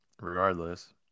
regardless